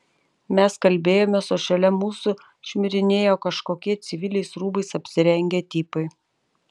mes kalbėjomės o šalia mūsų šmirinėjo kažkokie civiliais rūbais apsirengę tipai